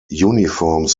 uniforms